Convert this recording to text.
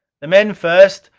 the men first.